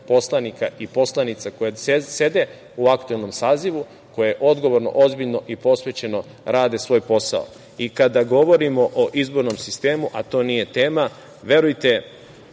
poslanika i poslanica koje sede u aktuelnom sazivu koje je odgovorno, ozbiljno i posvećeno rade svoj posao. Kada govorimo o izbornom sistemu, a to nije tema, verujte,